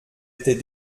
était